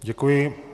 Děkuji.